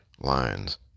lines